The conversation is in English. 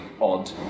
odd